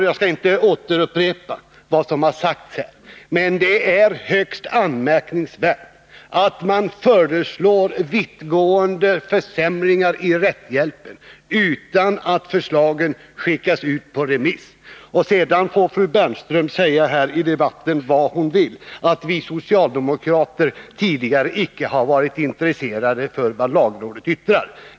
Jag skall inte upprepa vad som sagts här, men jag vill hävda att det är högst anmärkningsvärt att man föreslår vittgående försämringar i rättshjälpen utan att förslagen har skickats ut på remiss. Sedan får fru Bernström säga vad hon vill här i debatten om att vi socialdemokrater tidigare icke har varit intresserade av vad lagrådet har yttrat.